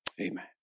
Amen